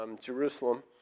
Jerusalem